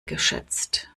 geschätzt